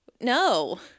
No